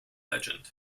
legend